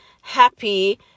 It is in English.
happy